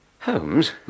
Holmes